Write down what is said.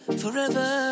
forever